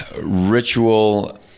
ritual